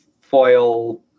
foil